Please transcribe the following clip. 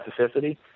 specificity